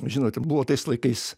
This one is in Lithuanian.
žinote buvo tais laikais